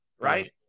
right